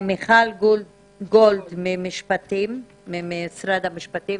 מיכל גולד, ממשרד משפטים.